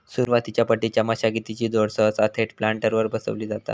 सुरुवातीच्या पट्टीच्या मशागतीची जोड सहसा थेट प्लांटरवर बसवली जाता